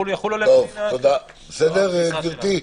בסדר, גברתי?